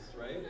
right